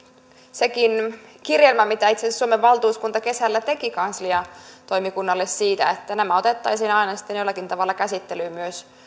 sekin kirjelmä minkä itse asiassa suomen valtuuskunta kesällä teki kansliatoimikunnalle siitä että nämä otettaisiin aina sitten jollakin tavalla käsittelyyn myös